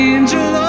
Angel